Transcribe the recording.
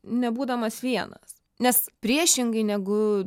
nebūdamas vienas nes priešingai negu